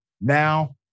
now